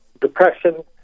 depression